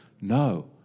No